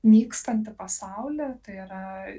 nykstantį pasaulį tai yra